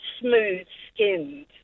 smooth-skinned